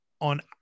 on